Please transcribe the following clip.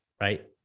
Right